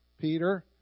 Peter